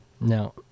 No